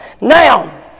Now